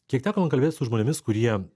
kiek teko man kalbėt su žmonėmis kurie